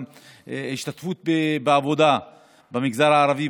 גם השתתפות בעבודה במגזר הערבי,